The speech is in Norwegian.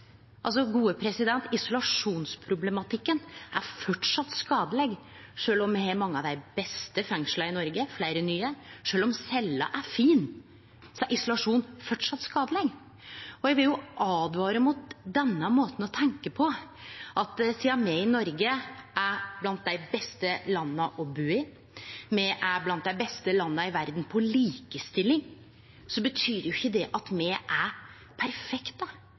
Isolasjonsproblematikken er framleis skadeleg, sjølv om me i Noreg har mange av dei beste fengsla , fleire av dei nye. Sjølv om cella er fin, er isolasjon framleis skadeleg. Eg vil åtvare mot Framstegspartiets måte å tenkje på. Sjølv om Noreg er eit av dei beste landa å bu i og eit av dei beste landa på likestilling, betyr jo ikkje det at me er